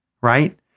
right